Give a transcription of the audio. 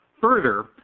Further